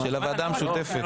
של הוועדה המשותפת.